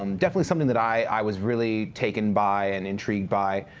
um definitely something that i was really taken by, and intrigued by,